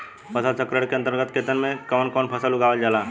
फसल चक्रण के अंतर्गत खेतन में कवन कवन फसल उगावल जाला?